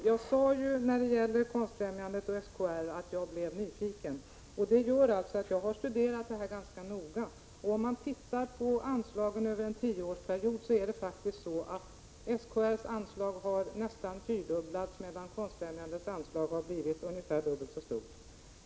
Herr talman! Jag sade ju att jag blev nyfiken när det gäller Konstfrämjandet och SKR, därför har jag studerat detta ganska noga. Om man tittar på 59 anslagen över en tioårsperiod finner man faktiskt att SKR:s anslag har nästan fyrdubblats, medan Konstfrämjandets anslag har blivit ungefär dubbelt så stort.